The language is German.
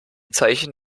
zeichen